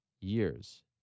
years